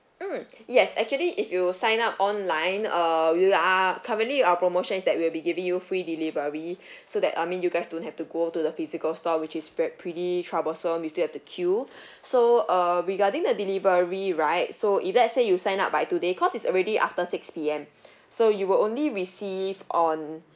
mm yes actually if you sign up online uh you are currently our promotion is that we'll be giving you free delivery so that I mean you guys don't have to have to go to the physical store which is like pretty troublesome you still have to queue so uh regarding the delivery right so if let's say you sign up by today cause it's already after six P_M so you will only receive on